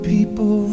People